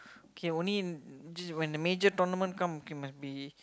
okay only just when the major tournament come okay must be